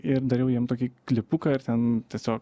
ir dariau jiem tokį klipuką ir ten tiesiog